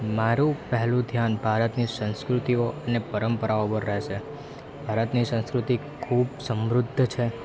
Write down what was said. મારુ પહેલું ધ્યાન ભારતની સંસ્કૃતિઓને પરંપરાઓ ઉપર રહેશે ભારતની સંસ્કૃતિ ખૂબ સમૃદ્ધ છે